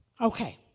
Okay